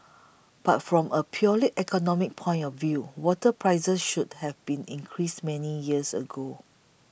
but from a purely economic point of view water prices should have been increased many years ago